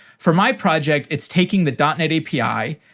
for my project, it's taking the dot net api,